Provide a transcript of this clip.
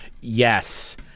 Yes